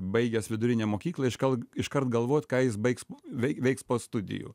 baigęs vidurinę mokyklą iškart iškart galvoti ką jis baigs veiks po studijų